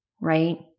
right